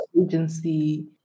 agency